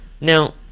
Now